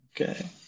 Okay